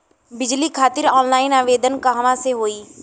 बिजली खातिर ऑनलाइन आवेदन कहवा से होयी?